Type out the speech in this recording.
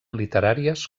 literàries